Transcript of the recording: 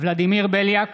ולדימיר בליאק,